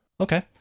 Okay